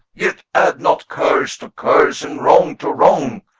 yet add not curse to curse and wrong to wrong.